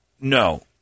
No